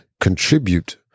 contribute